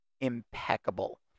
impeccable